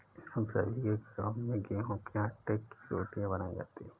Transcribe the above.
हम सभी के घरों में गेहूं के आटे की रोटियां बनाई जाती हैं